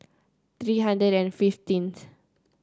three hundred and fifteenth